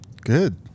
good